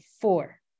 four